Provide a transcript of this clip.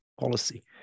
policy